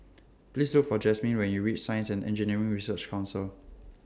Please Look For Jasmin when YOU REACH Science and Engineering Research Council